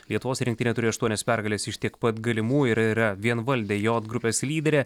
lietuvos rinktinė turi aštuonias pergales iš tiek pat galimų ir yra vienvaldė jot grupės lyderė